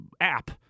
app